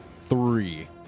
Three